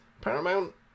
Paramount